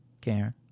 Karen